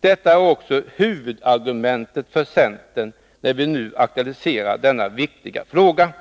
Detta är också huvudargumentet för centern när vi nu aktualiserar denna viktiga fråga.